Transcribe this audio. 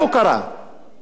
מה הייעוד של מדינה?